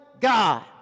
God